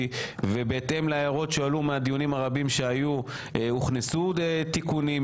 ובהתאם להערות שעלו מהדיונים הרבים שהיו הוכנסו תיקונים,